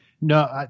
No